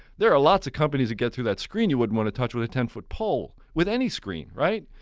there are lots of companies get through that screen you wouldn't want touch with a ten foot pole, with any screen, right?